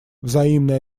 взаимные